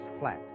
flat